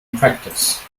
practice